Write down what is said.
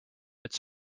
its